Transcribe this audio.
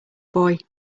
boy